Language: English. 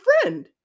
friend